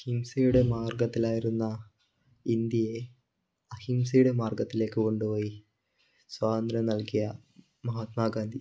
ഹിംസയുടെ മാർഗ്ഗത്തിലായിരുന്ന ഇന്ത്യയെ അഹിംസയുടെ മാർഗ്ഗത്തിലേക്ക് കൊണ്ടുപോയി സ്വാതന്ത്ര്യം നല്കിയ മഹാത്മാഗാന്ധി